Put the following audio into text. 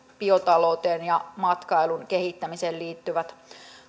biotalouteen ja matkailun kehittämiseen liittyvät